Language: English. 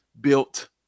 built